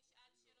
לא.